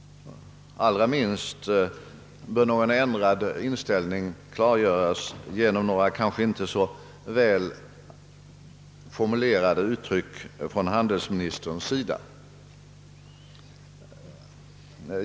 Allra minst bör någon ändrad inställning klargöras genom några kanske inte så väl formulerade uttryck av handelsministern.